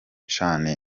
cane